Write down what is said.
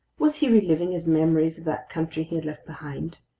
was he reliving his memories of that country he had left behind?